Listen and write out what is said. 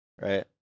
right